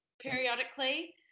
periodically